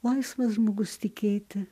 laisvas žmogus tikėti